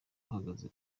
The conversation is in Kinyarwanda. uhagaze